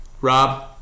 Rob